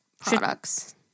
products